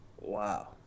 Wow